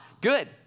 good